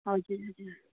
हजुर हजुर